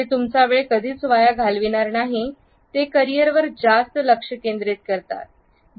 ते तुमचा वेळ कधीच वाया घालविणार नाही ते करिअरवर जास्त लक्ष केंद्रित करा